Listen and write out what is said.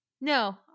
no